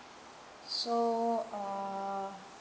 so uh